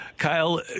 Kyle